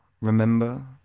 remember